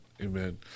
Amen